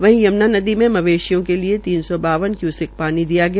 वहीं यम्ना नदी में मवेशियों के लिये तीन सौ बावन क्यूसेक पानी दिया गया